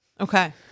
Okay